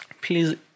Please